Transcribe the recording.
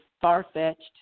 far-fetched